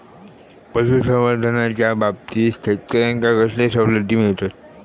पशुसंवर्धनाच्याबाबतीत शेतकऱ्यांका कसले सवलती मिळतत?